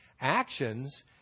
actions